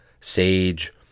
sage